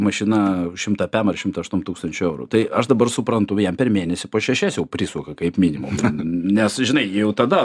mašina šimtą pem ar šimtą aštuom tūkstančių eurų tai aš dabar suprantu jam per mėnesį po šešias jau prisuka kaip minimum nes žinai jau tada